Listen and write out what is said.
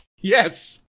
Yes